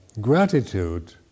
gratitude